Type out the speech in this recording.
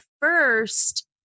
first